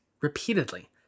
repeatedly